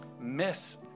miss